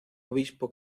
obispo